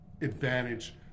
advantage